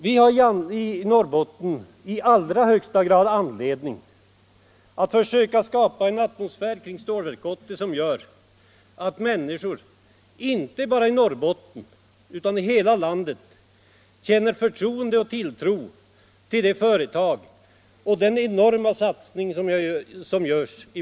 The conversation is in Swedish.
Vi har alla i Norrbotten i allra högsta grad anledning att försöka skapa en atmosfär kring Stålverk 80, som gör att människor inte bara i Norrbotten utan i hela landet känner förtroende för och tilltro till företagen i vårt län och den enorma satsning som där görs.